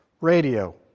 Radio